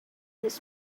his